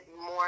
more